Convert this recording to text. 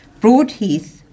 Broadheath